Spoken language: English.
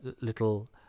little